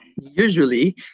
Usually